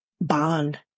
bond